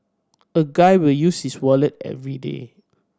a guy will use his wallet everyday